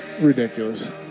Ridiculous